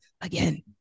again